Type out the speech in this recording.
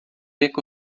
jako